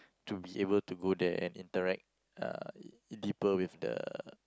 to be able to go there and interact uh deeper with the